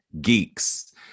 geeks